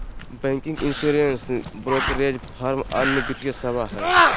banking, insurance, brokerage firm अन्य वित्तीय सेवा हय